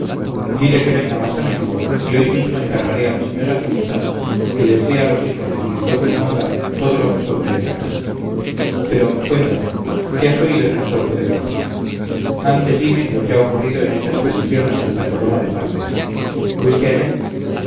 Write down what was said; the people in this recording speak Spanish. dile que venga más a menudo y hoy mismo encargaré a la señora sumta que les dé a los hijos de cristful mongat todo lo que sobre en la casa pero cuéntame qué has oído en el cuerpo de guardia antes dime lo que ha ocurrido en esa expedición a santa coloma de farnés fuiste allá